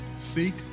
Seek